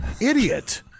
Idiot